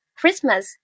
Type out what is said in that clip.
Christmas